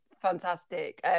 fantastic